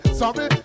sorry